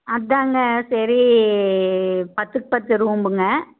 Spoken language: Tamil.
அதாங்க சரி பத்துக்கு பத்து ரூம்முங்க